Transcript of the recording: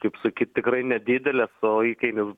kaip sakyt tikrai nedidelės o įkainis